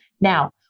Now